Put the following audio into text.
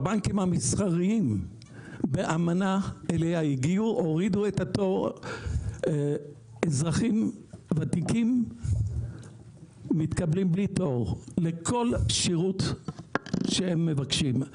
בבנקים המסחריים אזרחים ותיקים מתקבלים בלי תור לכל שירות שהם מבקשים,